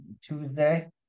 Tuesday